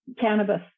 cannabis